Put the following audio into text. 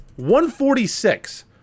146